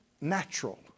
natural